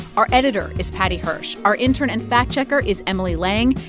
our editor is paddy hirsch. our intern and fact-checker is emily lang.